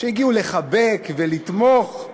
שהגיעו לחבק ולתמוך,